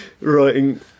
writing